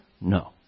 No